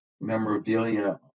memorabilia